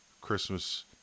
Christmas